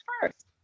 first